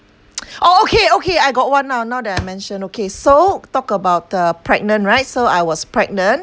orh okay okay I got one now now that I mention okay so talk about uh pregnant right so I was pregnant